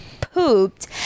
pooped